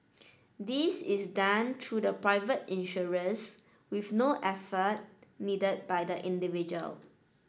this is done through the private insurers with no effort needed by the individual